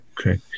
Okay